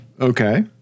Okay